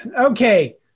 Okay